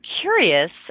curious